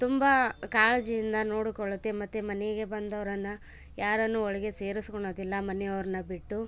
ತುಂಬ ಕಾಳಜಿಯಿಂದ ನೋಡಿಕೊಳ್ಳುತ್ತೆ ಮತ್ತೆ ಮನೆಗೆ ಬಂದವ್ರನ್ನು ಯಾರನ್ನು ಒಳಗೆ ಸೇರಿಸಿಕೊಳ್ಳೋದಿಲ್ಲ ಮನೆಯವ್ರನ್ನ ಬಿಟ್ಟು